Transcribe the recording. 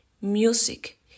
music